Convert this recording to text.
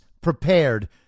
prepared